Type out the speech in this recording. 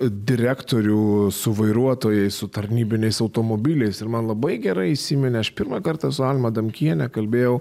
direktorių su vairuotojais su tarnybiniais automobiliais ir man labai gerai įsiminė aš pirmą kartą su alma adamkiene kalbėjau